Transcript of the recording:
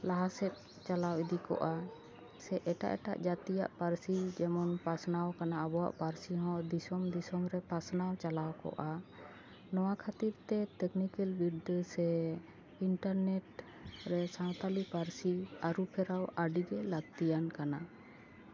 ᱞᱟᱦᱟᱥᱮᱫ ᱪᱟᱞᱟᱣ ᱤᱫᱤ ᱠᱚᱜᱼᱟ ᱥᱮ ᱮᱴᱟᱜ ᱮᱴᱟᱜ ᱡᱟᱹᱛᱤᱭᱟᱜ ᱯᱟᱹᱨᱥᱤ ᱡᱮᱢᱚᱱ ᱯᱟᱥᱱᱟᱣ ᱠᱟᱱᱟ ᱟᱵᱚᱣᱟᱜ ᱯᱟᱹᱨᱥᱤ ᱦᱚᱸ ᱫᱤᱥᱚᱢ ᱫᱤᱥᱚᱢ ᱨᱮ ᱯᱟᱥᱱᱟᱣ ᱪᱟᱞᱟᱣ ᱠᱚᱜᱼᱟ ᱱᱚᱣᱟ ᱠᱷᱟᱹᱛᱤᱨ ᱛᱮ ᱴᱮᱠᱱᱤᱠᱮᱞ ᱵᱤᱨᱫᱟᱹ ᱥᱮ ᱤᱱᱴᱮᱨᱱᱮᱴ ᱨᱮ ᱥᱟᱶᱛᱟᱞᱤ ᱯᱟᱹᱨᱥᱤ ᱟᱹᱨᱩ ᱯᱷᱮᱨᱟᱣ ᱟᱹᱰᱤ ᱜᱮ ᱞᱟᱹᱠᱛᱤ ᱟᱱᱟᱜ ᱠᱟᱱᱟ